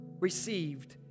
Received